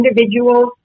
individuals